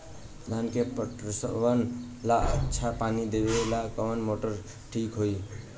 धान के पटवन ला अच्छा पानी देवे वाला कवन मोटर ठीक होई?